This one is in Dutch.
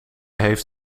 heeft